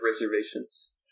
reservations